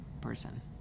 person